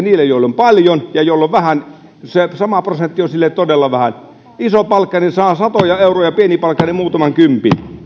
niille joilla on paljon mutta jolla on vähän se sama prosentti on sille todella vähän isopalkkainen saa satoja euroja pienipalkkainen muutaman kympin